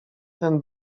ten